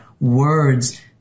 words